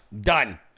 Done